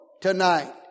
tonight